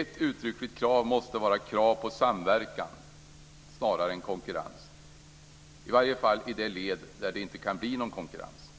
Ett uttryckligt krav måste vara krav på samverkan snarare än konkurrens, i varje fall i det led där det inte kan bli någon konkurrens.